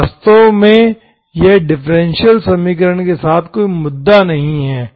तो वास्तव में यह डिफरेंशियल समीकरण के साथ कोई मुद्दा नहीं है